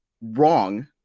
wrong